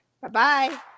Bye-bye